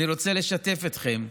אני רוצה לשתף אתכם: